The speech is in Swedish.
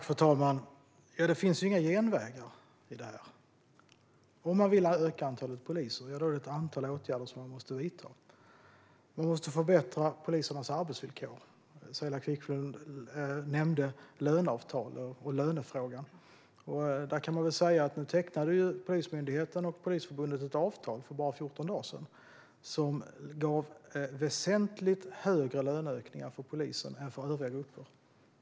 Fru talman! Det finns inga genvägar i det här. Om man vill öka antalet poliser är det ett antal åtgärder som man måste vidta. Man måste förbättra polisernas arbetsvillkor. Saila Quicklund nämnde löneavtal och lönefrågan. Polismyndigheten och Polisförbundet tecknade för bara 14 dagar sedan ett avtal som ger poliser väsentligt större löneökningar än övriga grupper.